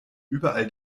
überall